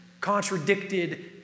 contradicted